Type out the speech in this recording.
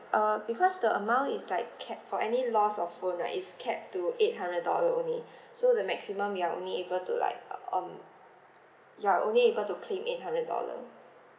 uh because the amount is like ca~ for any loss of phone right if capped to eight hundred dollar only so the maximum we are only able to like uh um you are only able to claim eight hundred dollar